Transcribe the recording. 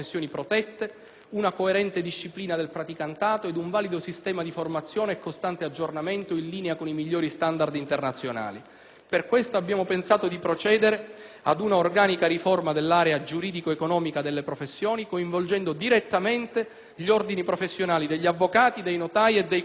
una coerente disciplina del praticantato ed un valido sistema di formazione e costante aggiornamento in linea con i migliori standard internazionali. Per questo abbiamo pensato di procedere ad un'organica riforma dell'area giuridico-economica delle professioni, coinvolgendo direttamente gli Ordini professionali degli avvocati, dei notai e dei commercialisti.